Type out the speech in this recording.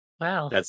Wow